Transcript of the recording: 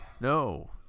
No